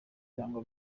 cyangwa